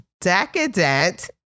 decadent